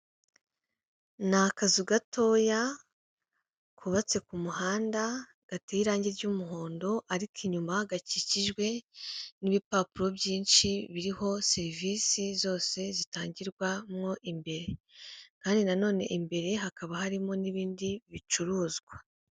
Ni akazu gatoya kubatse ku muhanda, gateye irange ry'umuhondo ariko inyuma hagakikijwe n'ibipapuro byinshi biriho serivisi zose zitangirwamo imbere. Kandi na none imbere hakaba harimo n'ibindi bicuruzwa.